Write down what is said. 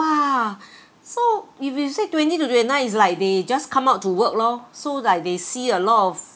!wah! so if you say twenty to twenty nine it's like they just come out to work lor so like they see a lot of